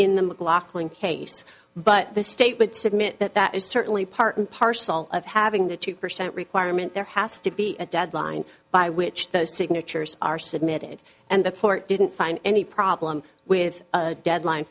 in the mclaughlin case but the state would submit that that is certainly part and parcel of having the two percent requirement there has to be a deadline by which those signatures are submitted and the port didn't find any problem with a deadline